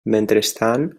mentrestant